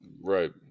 Right